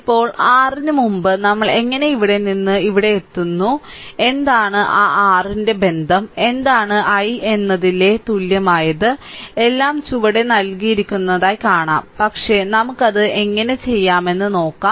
ഇപ്പോൾ r ന് മുമ്പ് നമ്മൾ എങ്ങനെ ഇവിടെ നിന്ന് ഇവിടെയെത്തുന്നു എന്താണ് ആ r ന്റെ ബന്ധം എന്താണ് i എന്നതിലെക് തുല്യമായത് എല്ലാം ചുവടെ നൽകിയിരിക്കുന്നതായി കാണും പക്ഷേ നമുക്ക് അത് എങ്ങനെ ചെയ്യാമെന്ന് നോക്കാം